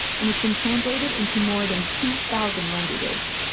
and it's been translated into more than two thousand languages.